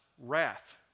wrath